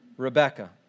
Rebecca